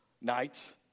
nights